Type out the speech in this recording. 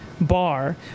bar